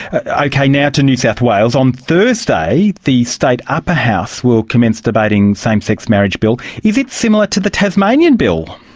ah okay, now to new south wales. on thursday the state upper house will commence debating a same-sex marriage bill. is it similar to the tasmanian bill?